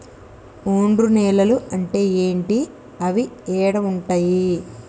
ఒండ్రు నేలలు అంటే ఏంటి? అవి ఏడ ఉంటాయి?